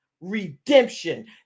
redemption